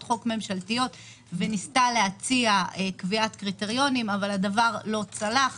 חוק ממשלתיות וניסתה להציע קביעת קריטריונים אבל הדבר לא צלח